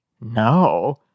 no